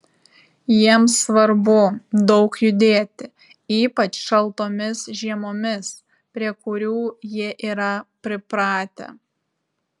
jiems svarbu daug judėti ypač šaltomis žiemomis prie kurių jie yra pripratę